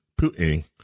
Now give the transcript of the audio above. Putin